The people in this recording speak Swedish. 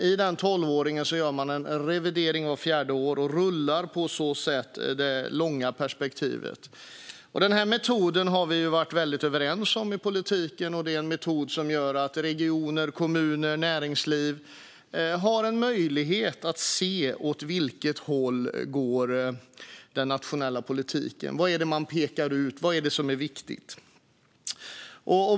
I den tolvåringen gör man en revidering vart fjärde år, och då rullar på så sätt det långa perspektivet. Den metoden har vi varit överens om i politiken, och det är en metod som gör att regioner, kommuner och näringsliv kan se åt vilket håll den nationella politiken går. Vad är det man pekar ut? Vad är det som är viktigt?